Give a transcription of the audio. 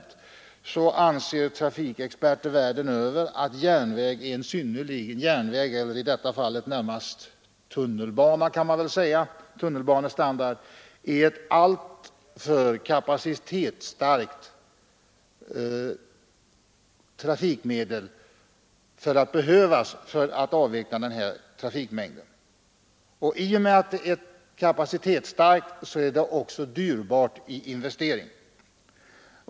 Trafikexperter världen över anser att järnväg — i detta fall närmast av tunnelbanestandard — är ett alltför kapacitetsstarkt trafikmedel för att avveckla den trafikmängd som jag har talat om nyss. Och i och med att ett trafikmedel är kapacitetsstarkt är det också dyrbart i investering.